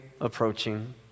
approaching